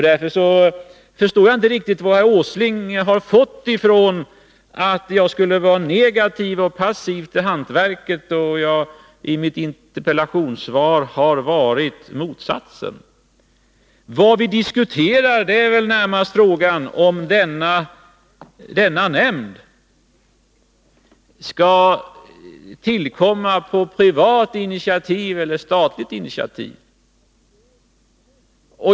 Jag förstår inte riktigt varifrån herr Åsling fått att jag skulle vara negativ och passiv när det gäller hantverket. I mitt interpellationssvar har jag nu gett uttryck för motsatsen. Vad vi diskuterar är väl närmast frågan om den aktuella nämnden skall tillkomma på privat eller statligt initiativ.